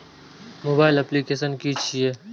Mobile application कि छै?